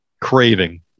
craving